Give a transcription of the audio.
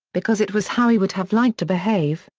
because it was how he would have liked to behave,